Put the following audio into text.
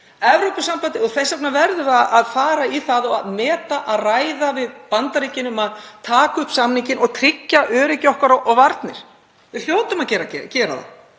gerast. Þess vegna verðum við að fara í það að meta og ræða við Bandaríkin um að taka upp samninginn og tryggja öryggi okkar og varnir. Við hljótum að gera það.